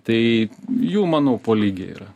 tai jų manau po lygiai yra